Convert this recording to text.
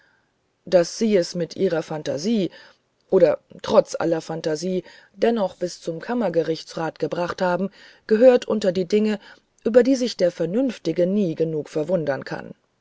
daß sie es mit ihrer fantasie oder trotz aller fantasie dennoch bis zum kammergerichtsrat gebracht haben gehört unter die dinge über die sich der vernünftige nie genug verwundern kann